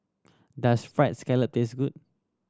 does Fried Scallop taste good